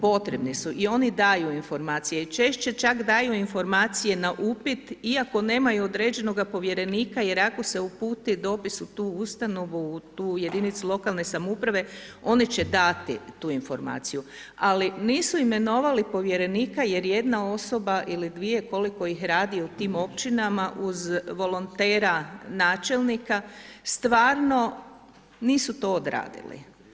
Potrebni su i oni daju informacije i češće čak daju informacije na upit iako nemaju određeno da povjerenika jer ako se uputi dopis u tu ustanovu u tu jedinicu lokalne samouprave, oni će dati tu informaciju, ali nisu imenovali povjerenika, jer jedna osoba ili dvije, koliko ih radi u tim općinama, uz volontera, načelnika, stvarno nisu to odradili.